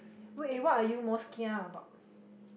wait eh what are you most kia about